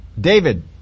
David